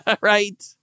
Right